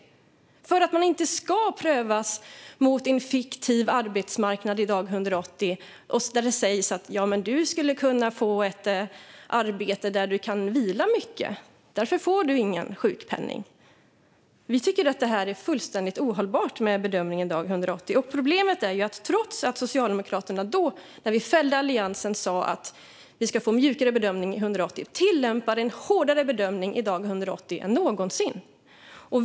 Det handlar om att människor inte ska prövas mot en fiktiv arbetsmarknad vid dag 180 där det sägs: Du skulle kunna få ett arbete där du kan vila mycket, därför får du ingen sjukpenning. Vi tycker att det är fullständigt ohållbart med bedömningen vid dag 180. Problemet är att trots att Socialdemokraterna då, när vi fällde Alliansen, sa att vi ska få mjukare bedömning vid dag 180 tillämpar man i dag en hårdare bedömning vid dag 180 än någonsin.